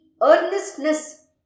earnestness